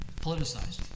politicized